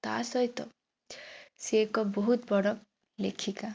ତା' ସହିତ ସିଏ ଏକ ବହୁତ ବଡ଼ ଲେଖିକା